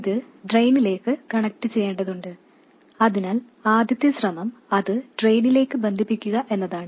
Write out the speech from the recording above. ഇത് ഡ്രെയിനിലേക്ക് കണക്റ്റുചെയ്യേണ്ടതുണ്ട് അതിനാൽ ആദ്യത്തെ ശ്രമം അത് ഡ്രെയിനിലേക്ക് ബന്ധിപ്പിക്കുക എന്നതാണ്